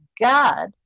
God